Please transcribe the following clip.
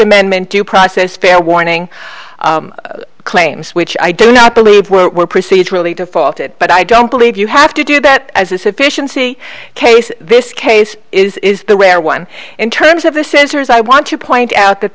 amendment due process fair warning claims which i do not believe were procedurally defaulted but i don't believe you have to do that as this efficiency case this case is the rare one in terms of the censors i want to point out that